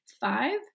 five